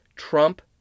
Trump